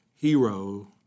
hero